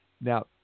Now